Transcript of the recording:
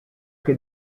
che